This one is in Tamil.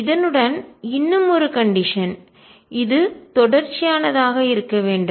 இதனுடன் இன்னும் ஒரு கண்டிஷன்இது தொடர்ச்சியானதாக இருக்க வேண்டும்